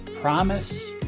promise